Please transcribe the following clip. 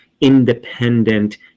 independent